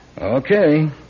Okay